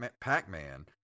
Pac-Man